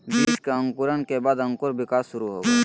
बीज के अंकुरण के बाद अंकुर विकास शुरू होबो हइ